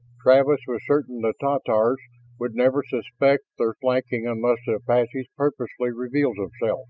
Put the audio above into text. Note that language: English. travis was certain the tatars would never suspect their flanking unless the apaches purposefully revealed themselves